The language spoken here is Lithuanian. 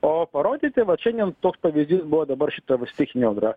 o parodyti vat šiandien toks pavyzdys buvo dabar šita stichinė audra